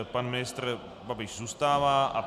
Pan ministr Babiš zůstává.